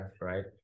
right